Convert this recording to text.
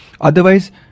Otherwise